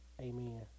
amen